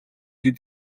хэд